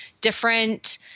different